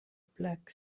black